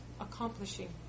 accomplishing